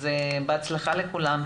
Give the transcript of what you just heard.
אז בהצלחה לכולם,